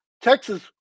Texas